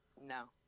No